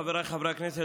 חבריי חברי הכנסת,